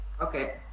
Okay